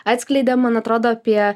atskleidė man atrodo apie